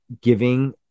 giving